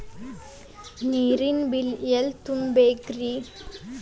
ನೇರಿನ ಬಿಲ್ ಎಲ್ಲ ತುಂಬೇಕ್ರಿ?